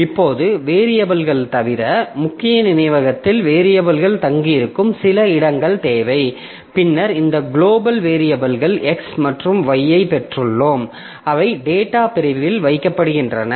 இப்போது வேரியபில்கள் தவிர முக்கிய நினைவகத்தில் வேரியபில்கள் தங்கியிருக்கும் சில இடங்கள் தேவை பின்னர் இந்த குளோபல் வேரியபில்கள் x மற்றும் y ஐப் பெற்றுள்ளோம் அவை டேட்டா பிரிவில் வைக்கப்படுகின்றன